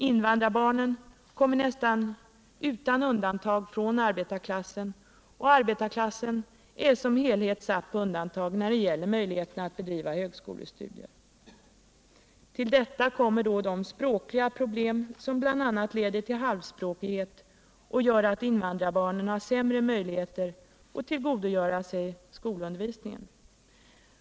Invandrarbarnen kommer nästan utan undantag från arbetarklassen, och arbetarklassen är som helhet satt på undantag beträffande möjligheterna att bedriva högskolestudier. Till detta kommer de språkliga problem som bl.a. leder till halvspråkighet och gör att invandrarbarnen har sämre möjligheter att tillgodogöra sig skolundervisningen.